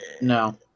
No